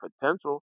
potential